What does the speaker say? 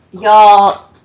Y'all